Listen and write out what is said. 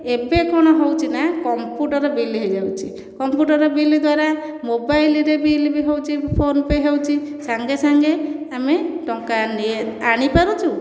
ଏବେ କ'ଣ ହେଉଛି ନା କମ୍ପୁଟର ବିଲ ହୋଇଯାଉଛି କମ୍ପୁଟର ବିଲ ଦ୍ୱାରା ମୋବାଇଲ ରେ ବିଲ ବି ହେଉଛି ଫୋନ ପେ' ହେଉଛି ସାଙ୍ଗେ ସାଙ୍ଗେ ଆମେ ଟଙ୍କା ଆଣି ପାରୁଛୁ